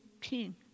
king